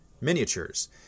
miniatures